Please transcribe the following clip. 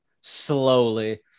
slowly